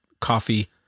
coffee